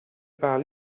par